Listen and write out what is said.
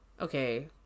Okay